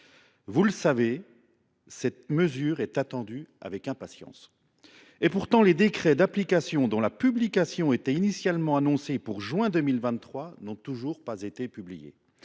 Vous le savez, cette mesure est attendue avec impatience. Pourtant, les décrets d’application dont la publication était initialement annoncée pour juin 2023 n’ont toujours pas été publiés.